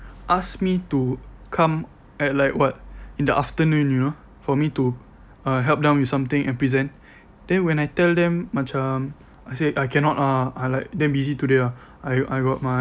ask me to come at like what in the afternoon you know for me to uh help them with something and present then when I tell them macam I say I cannot ah I like damn busy today I got my